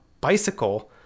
bicycle